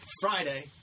Friday